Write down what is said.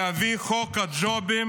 להביא את חוק הג'ובים,